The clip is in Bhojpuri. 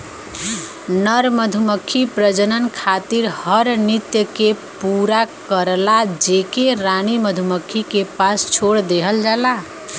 नर मधुमक्खी प्रजनन खातिर हर नृत्य के पूरा करला जेके रानी मधुमक्खी के पास छोड़ देहल जाला